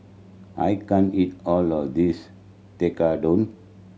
I can't eat all of this Tekkadon